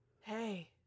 Hey